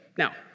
Now